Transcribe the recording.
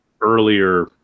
earlier